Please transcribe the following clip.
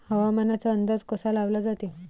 हवामानाचा अंदाज कसा लावला जाते?